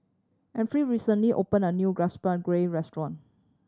Efrem recently opened a new Gobchang Gui Restaurant